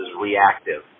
reactive